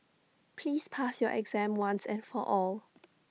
please pass your exam once and for all